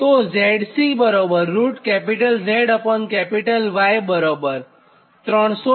તો ZCZY બરાબર 330